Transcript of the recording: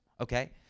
okay